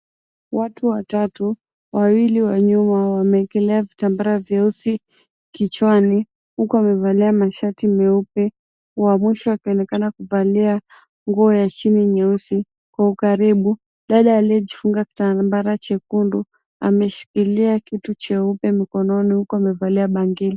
Watu watatu, wawili wa nyuma wameekelea vitambara vyeusi kichwani huku wamevalia mashati meupe, wa mwisho akionekana kuvalia nguo ya chini nyeusi. Kwa ukaribu, dada aliyejifunga kitambaa chekundu ameshikilia kitu cheupe mkononi huku amevalia bangili.